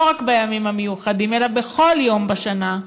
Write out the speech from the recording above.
לא רק בימים המיוחדים אלא בכל יום בשנה,